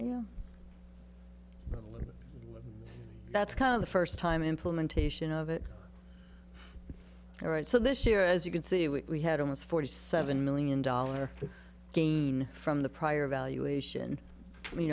of that's kind of the first time implementation of it all right so this year as you can see we had almost forty seven million dollars gain from the prior valuation you